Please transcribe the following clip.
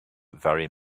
very